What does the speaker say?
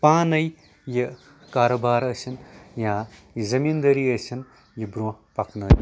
پانے یہِ کارٕبار ٲسِنۍ یا یہِ زٔمیٖندٲری ٲسِنۍ یہِ برٛونٛہہ پکنٲیتھ